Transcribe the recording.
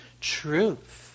truth